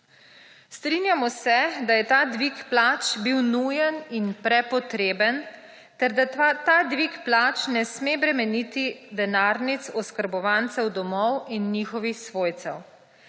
Strinjamo se, da je ta dvig plač bil nujen in prepotreben ter da ta dvig plač ne sme bremeniti denarnic oskrbovancev domov in njihovih svojce.